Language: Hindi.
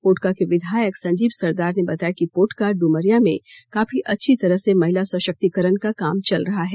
पोटका के विधायक संजीव सरदार ने बताया कि पोटका डुमरिया में काफी अच्छी तरह से महिला सशक्तीकरण का काम चल रहा है